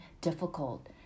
difficult